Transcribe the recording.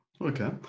okay